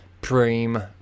Prime